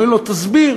אומרים לו: תסביר.